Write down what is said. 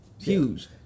huge